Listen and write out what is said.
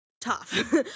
tough